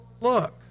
look